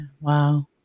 Wow